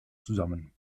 zusammen